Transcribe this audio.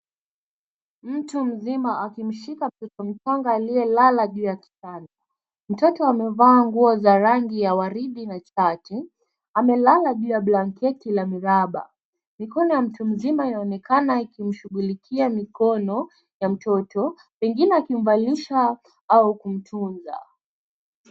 Mtu mzima akimshika mtoto mchanga aliyelala juu ya kitanda. Mtoto amevaa nguo za rangi ya waridi na jaje. Amelala juu ya blanketi la miraba. Mikono ya mtu mzima inaonekana ikimshughulikia mikono ya mtoto, pengine akimvalisha au kumtunza.